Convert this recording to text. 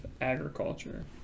Agriculture